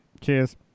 cheers